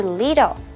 little